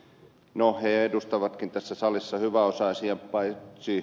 no he edustavatkin tässä salissa hyväosaisia paitsi ed